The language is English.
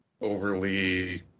overly